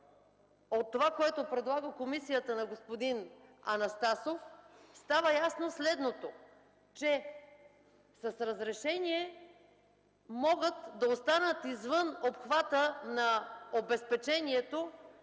от това, което предлага комисията на господин Анастасов, става ясно следното, че с разрешение могат да останат извън обхвата на обезпечението